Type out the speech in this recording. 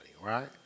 right